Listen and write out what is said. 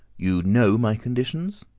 you know my conditions?